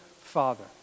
Father